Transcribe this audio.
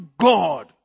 God